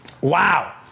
Wow